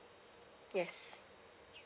yes